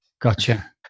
Gotcha